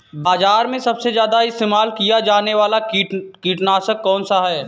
बाज़ार में सबसे ज़्यादा इस्तेमाल किया जाने वाला कीटनाशक कौनसा है?